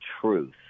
truth